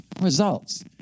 results